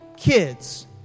kids